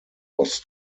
was